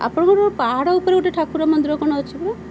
ଆପଣଙ୍କର ପାହାଡ଼ ଉପରେ ଗୋଟିଏ ଠାକୁର ମନ୍ଦିର କ'ଣ ଅଛି ପରା